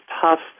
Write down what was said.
tough